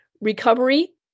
recovery